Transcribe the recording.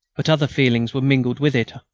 but other feelings were mingled with it.